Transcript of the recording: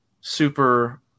super